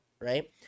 Right